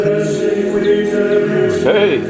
Hey